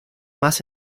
más